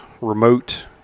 remote